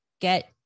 get